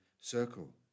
circle